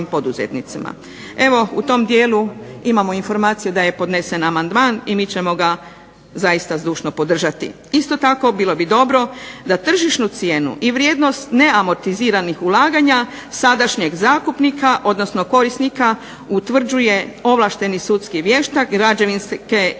Evo u tom dijelu imamo informaciju da je podnesen amandman i mi ćemo ga zaista zdušno podržati. Isto tako, bilo bi dobro da tržišnu cijenu i vrijednost neamortiziranih ulaganja sadašnjeg zakupnika, odnosno korisnika utvrđuje ovlašteni sudski vještak građevinske ili